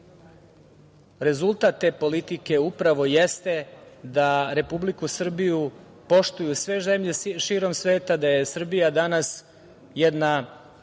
Rezultat te politike upravo jeste da Republiku Srbiju poštuju sve zemlje širom sveta, da je Srbija danas jedna